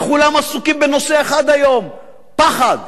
וכולם עסוקים בנושא אחד היום, פחד.